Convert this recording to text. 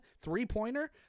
three-pointer